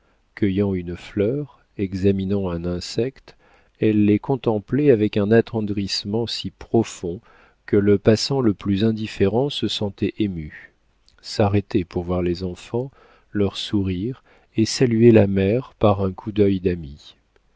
cueillant une fleur examinant un insecte elle les contemplait avec un attendrissement si profond que le passant le plus indifférent se sentait ému s'arrêtait pour voir les enfants leur sourire et saluer la mère par un coup d'œil d'ami